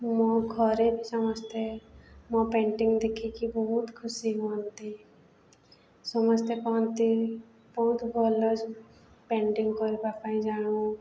ମୋ ଘରେ ବି ସମସ୍ତେ ମୋ ପେଣ୍ଟିଂ ଦେଖିକି ବହୁତ ଖୁସି ହୁଅନ୍ତି ସମସ୍ତେ କହନ୍ତି ବହୁତ ଭଲ ପେଣ୍ଟିଂ କରିବା ପାଇଁ ଜାଣୁ